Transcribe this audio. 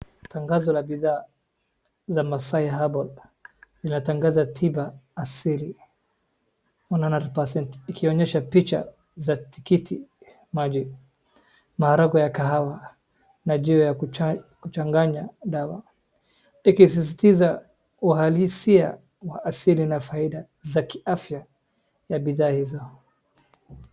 Tangazo la bidhaa za Maasai herbal inatangaza tiba hasiri one hundred percent ikionyesha picha za tiketi maji maharagwe ya kahawa na jiwe ya kuchanganya dawa ikisisitiza uhalisia wa asili na faida za kiafya ya bidhaa hizo.